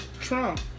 Trump